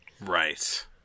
right